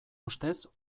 ustez